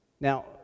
Now